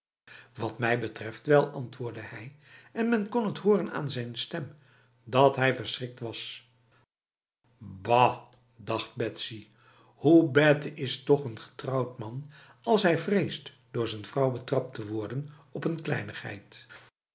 wat mij betreft wel antwoordde hij en men kon t horen aan zijn stem dat hij verschrikt was bah dacht betsy hoe béte is toch n getrouwd man als hij vreest door z'n vrouw betrapt te worden op n